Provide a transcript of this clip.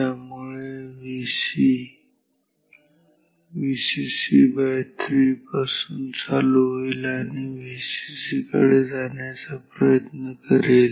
त्यामुळे Vc Vcc3 पासून चालू होईल आणि Vcc कडे जाण्याचा प्रयत्न करेल